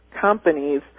companies